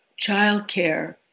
childcare